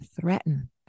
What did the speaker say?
threaten